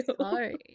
Sorry